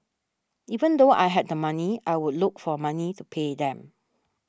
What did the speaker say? even though I had the money I would look for money to pay them